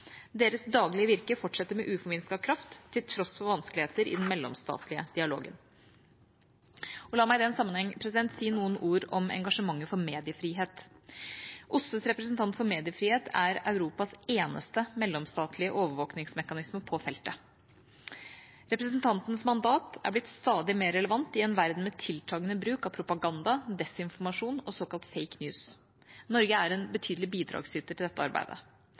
Deres daglige virke fortsetter med uforminsket kraft, til tross for vanskeligheter i den mellomstatlige dialogen. La meg i den sammenheng si noen ord om engasjementet for mediefrihet. OSSEs representant for mediefrihet er Europas eneste mellomstatlige overvåkingsmekanisme på feltet. Representantens mandat er blitt stadig mer relevant i en verden med tiltagende bruk av propaganda, desinformasjon og såkalte «fake news». Norge er en betydelig bidragsyter til dette arbeidet.